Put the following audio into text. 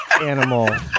animal